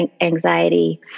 anxiety